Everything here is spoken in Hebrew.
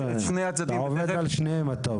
אתה עובד על שניהם, אתה אומר.